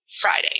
Friday